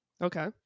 Okay